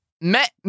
Met